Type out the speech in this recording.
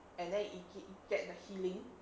and then it get that the healing